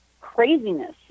craziness